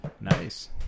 Nice